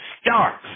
Starts